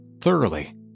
thoroughly